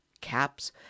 caps